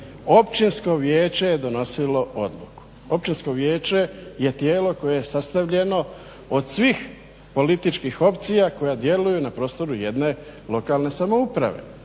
Općinsko vijeće je donosilo odluku. Općinsko vijeće je tijelo koje je sastavljeno od svih političkih opcija koja djeluju na prostoru jednu lokalne samouprave.